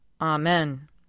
Amen